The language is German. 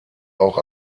auch